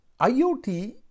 IoT